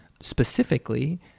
specifically